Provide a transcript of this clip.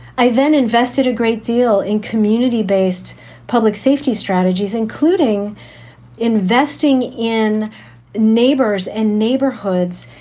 i then invested a great deal in community based public safety strategies, including investing in neighbors and neighborhoods,